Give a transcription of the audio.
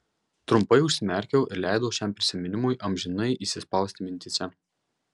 trumpai užsimerkiau ir leidau šiam prisiminimui amžinai įsispausti mintyse